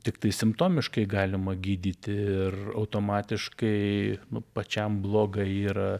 tiktai simptomiškai galima gydyti ir automatiškai nu pačiam blogai yra